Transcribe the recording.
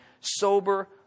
sober